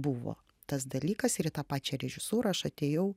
buvo tas dalykas ir į tą pačią režisūrą aš atėjau